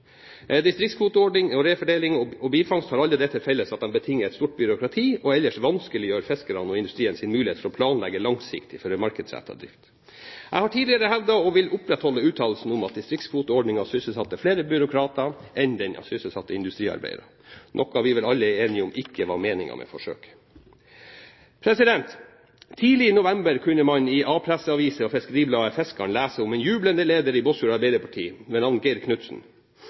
Distriktskvoteordning, refordeling og bifangst har alle det til felles at det betinger et stort byråkrati og ellers vanskeliggjør fiskernes og industriens muligheter for å planlegge langsiktig for en markedsrettet drift. Jeg har tidligere hevdet og vil opprettholde uttalelsen om at distriktskvoteordningen sysselsatte flere byråkrater enn den har sysselsatt industriarbeidere – noe vi vel alle er enige om ikke var meningen med forsøket. Tidlig i november kunne man i A-presseaviser og i FiskeribladetFiskaren lese om en jublende leder i Båtsfjord Arbeiderparti ved navn Geir